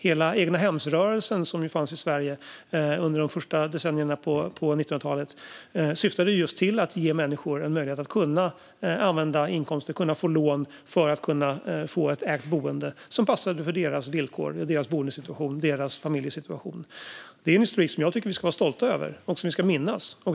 Hela egnahemsrörelsen, som ju fanns i Sverige under 1900-talets första decennier, syftade just till att ge människor möjlighet att kunna få lån för att få ett ägt boende som passade för deras villkor, deras boendesituation och deras familjesituation. Det är en historik som jag tycker att vi ska vara stolta över och minnas.